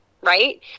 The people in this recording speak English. right